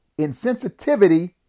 insensitivity